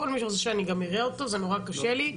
כל מי שרוצה שאני גם אראה אותו, זה נורא קשה לי.